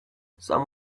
some